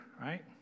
right